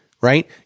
right